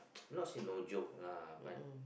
not say no joke lah but